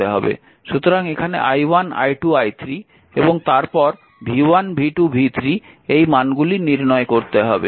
সুতরাং এখানে i1 i2 i3 এবং তারপর v1 v2 v3 এই মানগুলি নির্ণয় করতে হবে